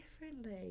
differently